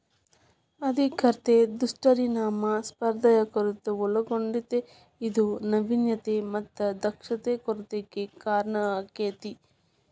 ಆರ್ಥಿಕತೆ ದುಷ್ಪರಿಣಾಮ ಸ್ಪರ್ಧೆಯ ಕೊರತೆ ಒಳಗೊಂಡತೇ ಇದು ನಾವಿನ್ಯತೆ ಮತ್ತ ದಕ್ಷತೆ ಕೊರತೆಗೆ ಕಾರಣಾಕ್ಕೆತಿ